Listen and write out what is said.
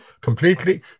completely